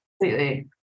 Completely